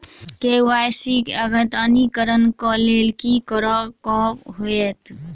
KYC अद्यतनीकरण कऽ लेल की करऽ कऽ हेतइ?